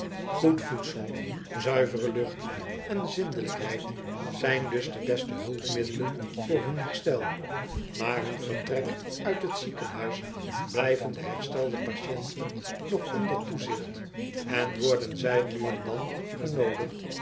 goed voedsel zuivere lucht en zindelijkheid zijn dus de beste hulpmiddelen voor hun herstel na hun vertrek uit het ziekenhuis blijven de herstelde patiënten nog onder toezicht en worden zij nu en dan genoodigd